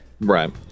Right